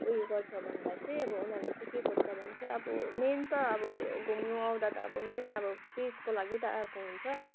उयो गर्छ भन्दा चाहिँ अब उनीहरूले चाहिँ के खोज्छ भने चाहिँ अब मेन त अब घुम्न आउदाँ त अब मेन अब पिसको लागि त आएको हुन्छ हो